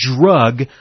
drug